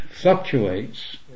fluctuates